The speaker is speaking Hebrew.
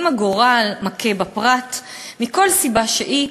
אם הגורל מכה בפרט מכל סיבה שהיא,